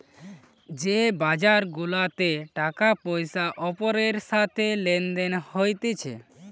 যে বাজার গুলাতে টাকা পয়সার ওপরের সাথে লেনদেন হতিছে